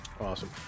Awesome